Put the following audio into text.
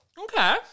Okay